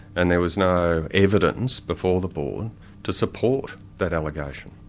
and there was no evidence before the board to support that allegation.